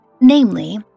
Namely